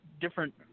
different